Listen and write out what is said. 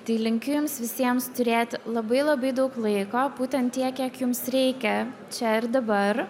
tai linkiu jums visiems turėti labai labai daug laiko būtent tiek kiek jums reikia čia ir dabar